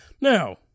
now